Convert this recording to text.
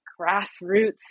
grassroots